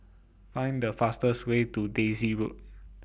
Find The fastest Way to Daisy Road